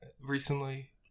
recently